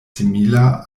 simila